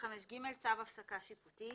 25ג.צו הפסקה שיפוטי